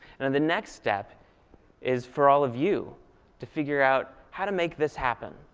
and and the next step is for all of you to figure out how to make this happen.